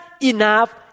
enough